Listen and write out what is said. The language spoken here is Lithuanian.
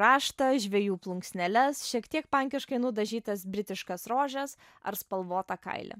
raštą žvejų plunksneles šiek tiek pankiškai nudažytas britiškas rožes ar spalvotą kailį